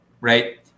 right